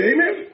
Amen